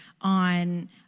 on